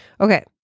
Okay